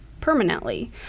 permanently